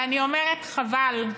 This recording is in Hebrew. ואני אומרת: חבל,